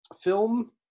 film